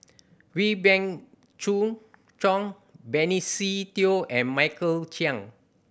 Wee Beng Chong Benny Se Teo and Michael Chiang